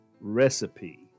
recipe